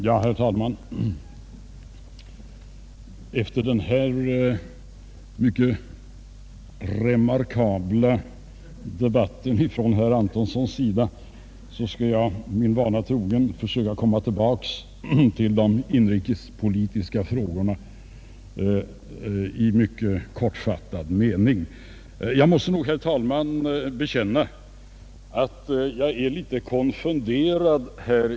Herr talman! Efter dessa mycket remarkabla debattinlägg av herr Antonsson skall jag min vana trogen försöka komma tillbaka till de inrikespolitiska frågorna i mycket kortfattad mening. Jag måste bekänna, herr talman, att jag är litet konfunderad i dag.